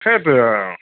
সেইটোয়েই আৰু